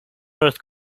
earth